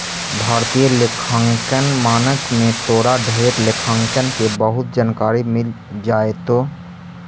भारतीय लेखांकन मानक में तोरा ढेर लेखांकन के बहुत जानकारी मिल जाएतो